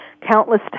countless